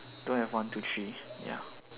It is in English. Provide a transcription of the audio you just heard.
don't have one two three ya